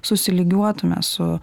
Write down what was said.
susilygiuotume su